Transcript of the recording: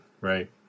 Right